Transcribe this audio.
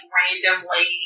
randomly